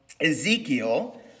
Ezekiel